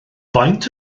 faint